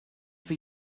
for